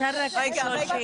כשחשבתי על הדיון הזה,